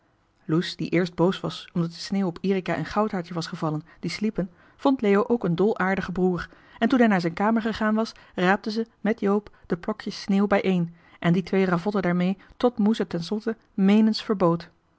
loes die eerst boos was omdat de sneeuw op erica en goudhaartje was gevallen die sliepen vond leo ook een dol aardigen broer en toen hij naar zijn kamer gegaan was raapte ze met joop de plokjes sneeuw bijeen en die twee ravotten daarmee tot moes het ten slotte méénens verbood